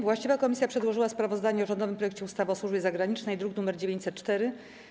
Właściwa komisja przedłożyła sprawozdanie o rządowym projekcie ustawy o służbie zagranicznej, druk nr 904.